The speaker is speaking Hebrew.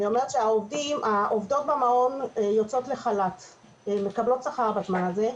העובדות במעון יוצאות לחל"ת והן מקבלות שכר בזמן הזה.